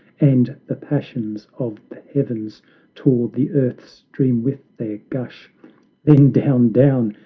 and the passions of the heavens tore the earth's dream with their gush then down, down,